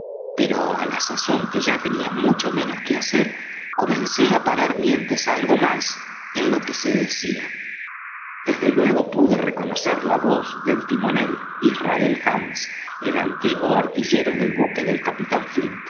pero á la sazón que ya tenía mucho menos que hacer comencé á parar mientes algo más en lo que se decía desde luego pude reconocer la voz del timonel israel hands el antiguo artillero del buque del capitán